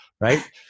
right